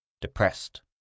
depressed